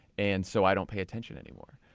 and so, i don't pay attention anymore.